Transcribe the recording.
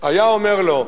היה אומר לו: